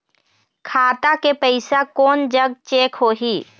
खाता के पैसा कोन जग चेक होही?